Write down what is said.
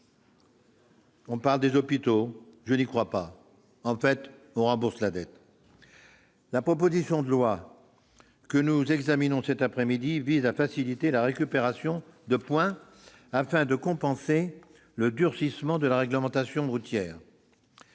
On parle des hôpitaux : je n'y crois pas. En fait, on rembourse la dette. La proposition de loi que nous examinons cet après-midi vise à faciliter la récupération de points afin de compenser le durcissement de la réglementation routière.